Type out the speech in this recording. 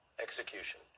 Execution